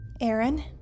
Aaron